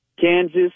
Kansas